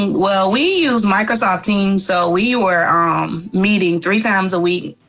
well we use microsoft team, so we were um meeting three times a week.